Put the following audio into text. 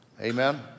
Amen